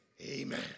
amen